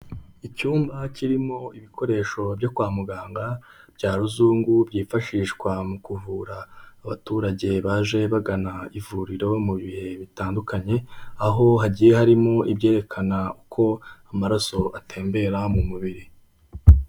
Icyumba kirimo ibikoresho byo kwa muganga bya ruzungu byifashishwa mu kuvura abaturage baje bagana ivuriro mu bihe bitandukanye, aho hagiye harimo ibyerekana uko amaraso atembera mu mubiri.